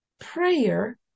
prayer